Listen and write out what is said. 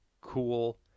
cool